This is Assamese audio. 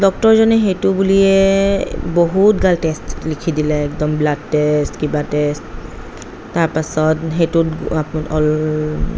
ডক্টৰজনে সেইটো বুলিয়েই বহুত গাল টেষ্ট লিখি দিলে একদম ব্লাড টেষ্ট কিবা টেষ্ট তাৰপাছত সেইটোত